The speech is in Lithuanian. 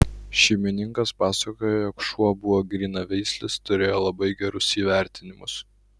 šeimininkas pasakoja jog šuo buvo grynaveislis turėjo labai gerus įvertinimus